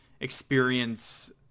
experience